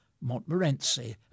Montmorency